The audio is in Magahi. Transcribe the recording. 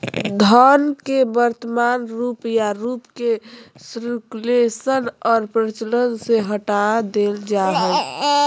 धन के वर्तमान रूप या रूप के सर्कुलेशन और प्रचलन से हटा देल जा हइ